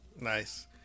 Nice